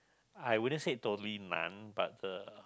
I wouldn't say totally none but the